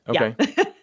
Okay